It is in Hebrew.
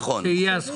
נכון.